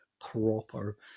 proper